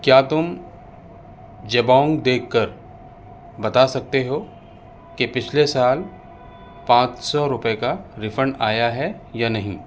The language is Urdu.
کیا تم جبونگ دیکھ کر بتا سکتے ہو کہ پچھلے سال پانچ سو روپے کا ریفنڈ آیا ہے یا نہیں